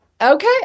okay